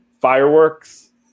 fireworks